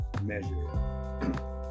measure